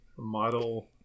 Model